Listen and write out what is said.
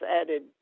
added